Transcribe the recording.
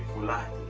lot